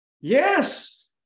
Yes